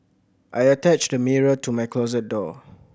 I attached a mirror to my closet door